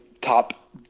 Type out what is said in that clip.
top